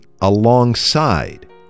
alongside